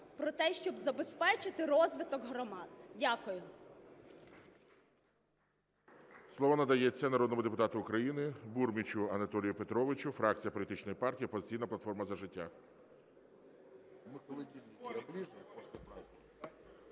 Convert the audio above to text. про те, щоб забезпечити розвиток громад. Дякую.